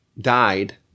died